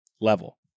level